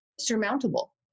surmountable